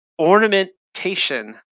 Ornamentation